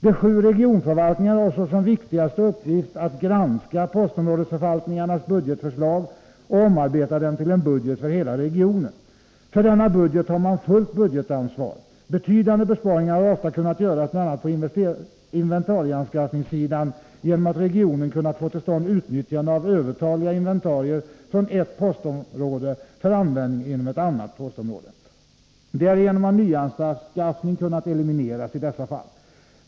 De 7 regionförvaltningarna har som viktigaste uppgift att granska postområdesförvaltningarnas budgetförslag och omarbeta dem till en budget för hela regionen. För denna budget har man fullt budgetansvar. Betydande besparingar har ofta kunnat göras bl.a. på inventarieanskaffningssidan genom att regionen kunnat få till stånd utnyttjande av övertaliga inventarier från ett postområde för användning inom ett annat. Därigenom har nyanskaffning kunnat elimineras i dessa fall.